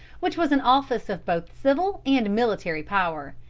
which was an office of both civil and military power.